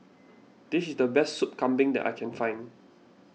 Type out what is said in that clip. this is the best Sup Kambing that I can find